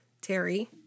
Terry